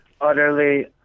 utterly